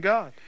God